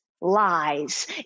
lies